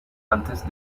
antes